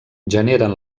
generen